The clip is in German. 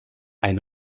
ein